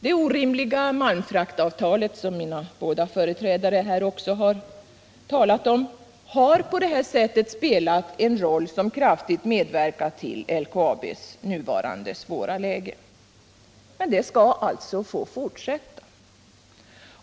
Det orimliga malmfraktavtalet, som mina båda företrädare i talarstolen också varit inne på, har på detta sätt spelat en roll som kraftigt medverkat till LKAB:s nuvarande läge. Men det skall alltså få fortsätta.